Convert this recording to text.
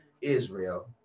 Israel